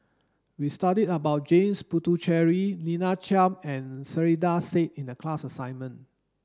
we studied about James Puthucheary Lina Chiam and Saiedah Said in the class assignment